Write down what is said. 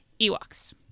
Ewoks